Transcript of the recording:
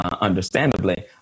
understandably